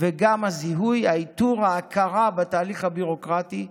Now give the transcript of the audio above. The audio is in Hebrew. וגם את הזיהוי, האיתור, ההכרה בתהליך הביורוקרטי.